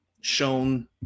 shown